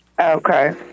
Okay